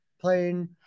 playing